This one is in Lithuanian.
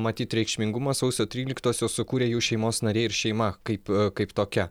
matyt reikšmingumą sausio tryliktosios sukūrė jų šeimos nariai ir šeima kaip kaip tokia